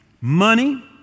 Money